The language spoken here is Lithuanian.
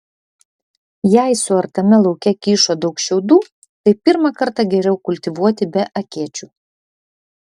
jei suartame lauke kyšo daug šiaudų tai pirmą kartą geriau kultivuoti be akėčių